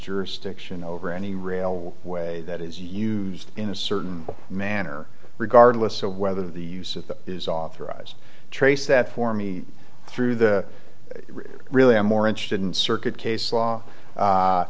jurisdiction over any real way that is used in a certain manner regardless of whether the use of is authorized trace that for me through the really i'm more interested in circuit case law